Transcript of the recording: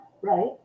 right